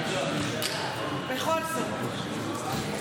נא לאפשר ליושב-ראש הקואליציה לדבר.